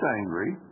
angry